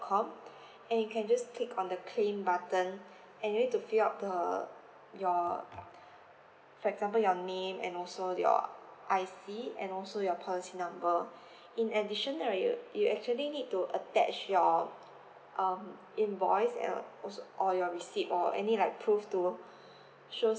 com and you can just click on the claim button and you need to fill up the your for example your name and also your I_C and also your policy number in addition uh you you actually need to attach your um invoice and also or your receipt or any like prove to shows